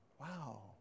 Wow